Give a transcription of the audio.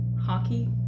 hockey